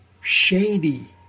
shady